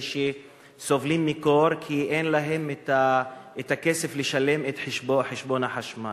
שסובלים מקור כי אין להם כסף לשלם את חשבון החשמל.